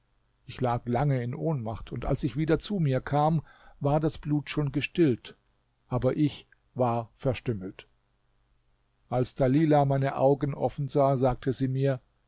ich lag lange in ohnmacht und als ich wieder zu mir kam war das blut schon gestillt aber ich war verstümmelt als dalila meine augen offen sah sagte sie mir